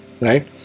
right